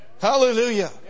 hallelujah